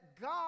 God